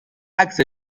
عکس